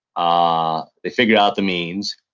ah they figured out the means,